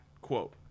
quote